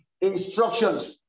instructions